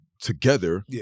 together